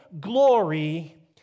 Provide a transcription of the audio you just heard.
glory